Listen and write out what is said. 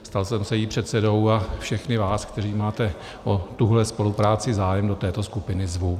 Stal jsem se jejím předsedou a všechny vás, kteří máte o tuhle spolupráci zájem, do této skupiny zvu.